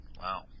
Wow